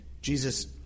Jesus